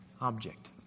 object